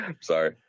Sorry